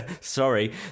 Sorry